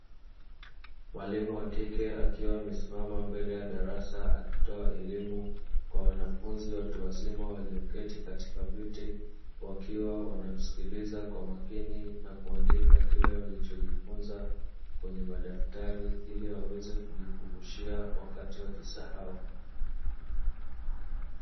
Mwalimu wa kike akiwa amesimama mbele ya darasa, akitoa elimu kwa wanafunzi watu wazima walioketi katika viti, wakiwa wanamsikiliza kwa makini na kuandika kile wanachojifunza kwenye madaftari ili waweze kujikumbushia wakati wakisahau.